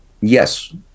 Yes